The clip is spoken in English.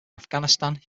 afghanistan